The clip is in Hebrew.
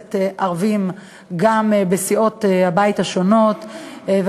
כנסת ערבים גם בסיעות הבית השונות,